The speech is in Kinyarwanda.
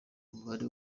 umubare